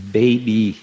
baby